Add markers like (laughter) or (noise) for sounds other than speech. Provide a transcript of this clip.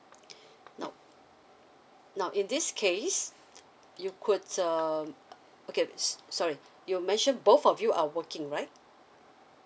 (breath) now now in this case you could um okay s~ sorry you mention both of you are working right